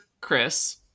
Chris